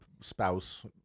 spouse